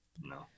No